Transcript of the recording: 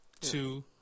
Two